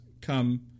come